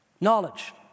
Knowledge